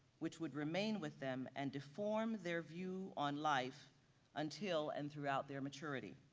which would remain with them and deform their view on life until and throughout their maturity.